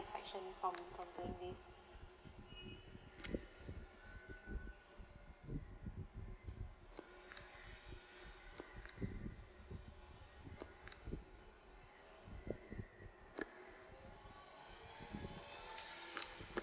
from from doing this